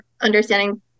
understanding